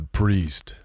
priest